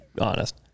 honest